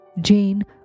Jane